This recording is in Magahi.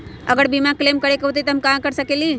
अगर बीमा क्लेम करे के होई त हम कहा कर सकेली?